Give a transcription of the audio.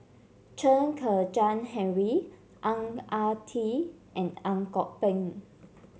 Chen Kezhan Henri Ang Ah Tee and Ang Kok Peng